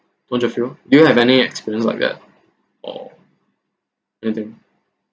don't you feel do you have any experience like that or anything